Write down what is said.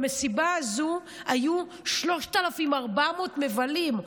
במסיבה הזו היו 3,400 מבלים,